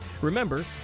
Remember